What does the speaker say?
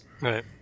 Right